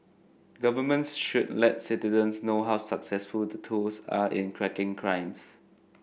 governments should let citizens know how successful the tools are in cracking crimes